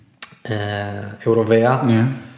Eurovea